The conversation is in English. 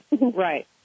right